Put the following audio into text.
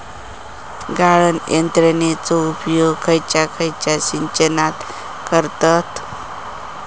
गाळण यंत्रनेचो उपयोग खयच्या सिंचनात करतत?